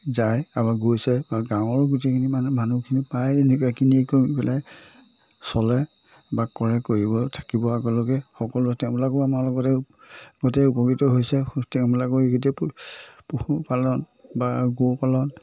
যায় বা গৈছে বা গাঁৱৰো গোটেইখিনি মানুহ মানুহখিনি পায় এনেকুৱাখিনি কৰি পেলাই চলে বা কৰে কৰিব থাকিব আগলৈকে সকলোৱে তেওঁলোকো আমাৰ লগতে গোটেই উপকৃত হৈছে তেওঁলোকো এই গোটেই পশুপালন বা গো পালন